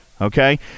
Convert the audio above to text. okay